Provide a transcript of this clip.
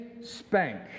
spank